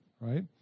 Right